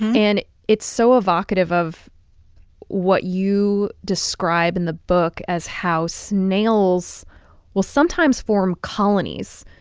and it's so evocative of what you describe in the book as how snails will sometimes form colonies.